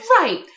Right